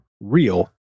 real